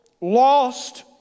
lost